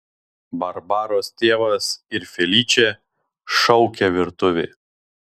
barbaros tėvas ir feličė šaukė virtuvėje